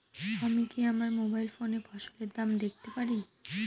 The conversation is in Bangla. আমি কি আমার মোবাইল ফোনে ফসলের দাম দেখতে পারি?